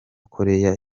korea